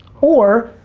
or,